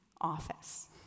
office